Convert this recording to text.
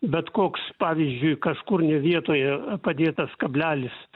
bet koks pavyzdžiui kažkur ne vietoje padėtas kablelis